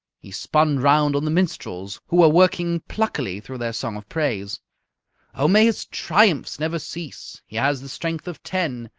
he spun round on the minstrels, who were working pluckily through their song of praise oh, may his triumphs never cease! he has the strength of ten!